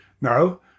No